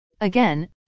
Again